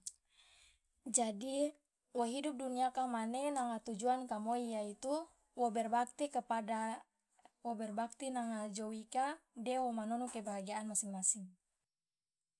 jadi wo hidup duniaka mane nanga tujuan ka moi yaitu wo berbakti kepada wo berbakti nanga jou ika de womanonu kebahagiaan masing masing.